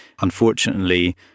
unfortunately